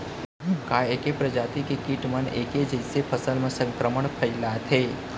का ऐके प्रजाति के किट मन ऐके जइसे फसल म संक्रमण फइलाथें?